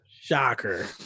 Shocker